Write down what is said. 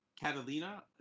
Catalina